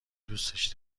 دوستش